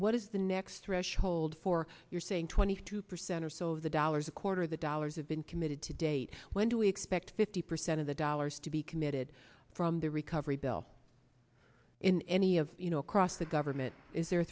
what is the next threshold for your saying twenty two percent or so the dollars a quarter the dollars have been committed to date when do we expect fifty percent of the dollars to be committed from the recovery bill in any of you know across the government is the